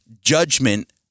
judgment